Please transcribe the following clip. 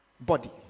body